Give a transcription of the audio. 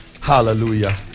Hallelujah